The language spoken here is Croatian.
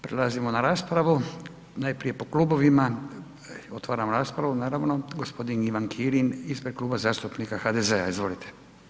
Prelazimo na raspravu najprije po klubovima, otvaram raspravu, naravno, g. Ivan Kirin ispred Kluba zastupnika HDZ-a, izvolite.